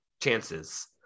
chances